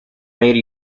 made